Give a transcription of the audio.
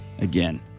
Again